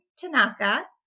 Tanaka